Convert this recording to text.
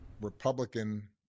Republican